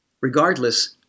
Regardless